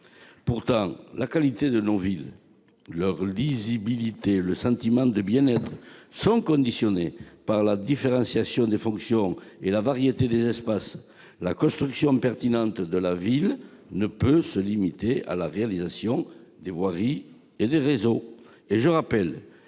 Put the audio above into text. Pourtant, la qualité de nos villes, leur lisibilité, le sentiment de bien-être qui y règne sont conditionnés par la différentiation des fonctions et la variété des espaces. La construction pertinente de la ville ne peut pas se limiter à la réalisation des voiries et des réseaux.